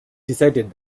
decided